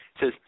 says